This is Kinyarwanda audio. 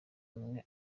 ubumwe